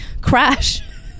crash